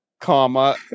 comma